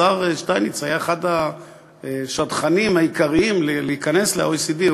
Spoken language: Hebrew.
השר שטייניץ היה אחד השדכנים העיקריים בכניסה ל-OECD.